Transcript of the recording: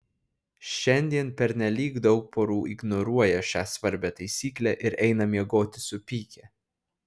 šiandien pernelyg daug porų ignoruoja šią svarbią taisyklę ir eina miegoti supykę